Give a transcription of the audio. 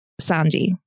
Sanji